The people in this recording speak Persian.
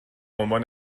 عنوان